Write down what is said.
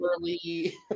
early